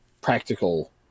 practical